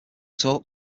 talk